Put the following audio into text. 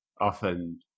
often